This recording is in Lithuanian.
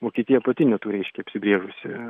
vokietija pati neturi aiškiai apsibrėžusi